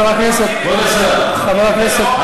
כבוד השר אבי חבר הכנסת,